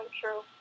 true